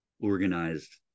organized